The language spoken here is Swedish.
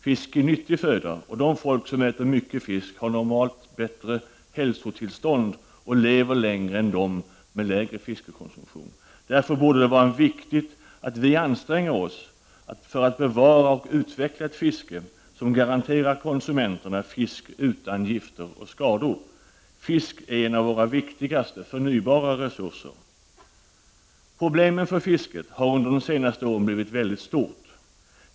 Fisk är nyttig föda, och de folk som äter mycket fisk har normalt bättre hälsotillstånd och lever längre än de som har lägre fiskekonsumtion. Därför borde det vara viktigt att vi anstränger oss för att bevara och utveckla ett fiske som garanterar konsumenterna fisk utan gifter och skador. Fisk är en av våra viktigaste förnybara resurser. Problemen för fisket har under de senaste åren blivit mycket stora.